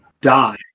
die